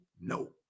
no